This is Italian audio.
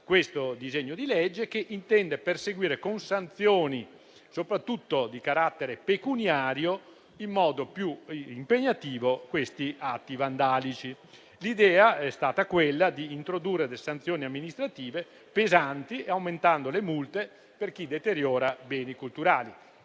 questo disegno di legge, che intende perseguire con sanzioni, soprattutto di carattere pecuniario, in modo più impegnativo questi atti vandalici. L'idea è stata quella di introdurre sanzioni amministrative pesanti, aumentando le multe per chi deteriora beni culturali,